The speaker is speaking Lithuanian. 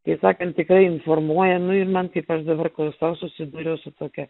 taip sakant tikrai informuoja nu ir man kaip aš dabar klausau susidūriau su tokia